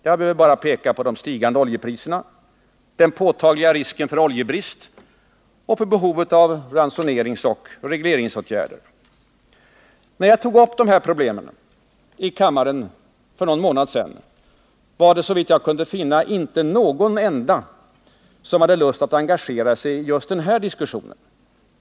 Jag behöver bara peka på de stigande oljepriserna, på den påtagliga risken för oljebrist och på behovet av ransoneringsoch regleringsåtgärder. När jag tog upp de här problemen i kammaren för någon månad sedan, var det —- såvitt jag kunde finna — inte någon enda som hade lust att engagera sig i diskussionen.